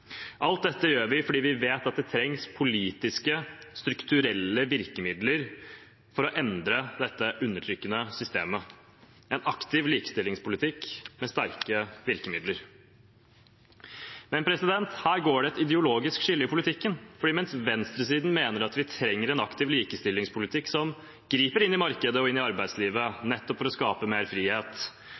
Alt dette gjør vi fordi vi vet at det trengs politiske, strukturelle virkemidler for å endre dette undertrykkende systemet; det trengs en aktiv likestillingspolitikk, med sterke virkemidler. Her går det et ideologisk skille i politikken. For mens venstresiden mener at vi trenger en aktiv likestillingspolitikk som griper inn i markedet og inn i arbeidslivet, nettopp for å skape mer frihet,